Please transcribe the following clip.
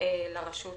לרשות